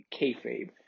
kayfabe